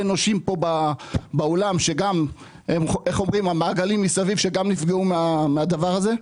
נושים פה באולם וגם יש מעגלים מסביב שגם נפגעו מהדבר הזה.